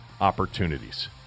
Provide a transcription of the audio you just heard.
opportunities